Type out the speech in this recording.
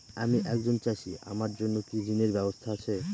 আমি একজন চাষী আমার জন্য কি ঋণের ব্যবস্থা আছে?